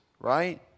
right